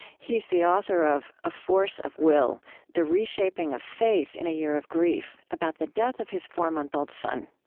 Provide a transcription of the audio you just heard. he's the author of a force of will the reshaping of faith in a year of grief, about the death of his four-month-old son.